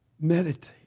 meditate